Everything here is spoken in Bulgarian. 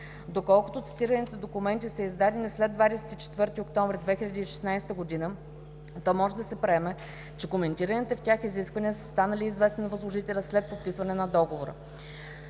Доколкото цитираните документи са издадени след 24 октомври 2016 г., то може да се приеме, че коментираните в тях изисквания са станали известни на възложителя след подписване на договора.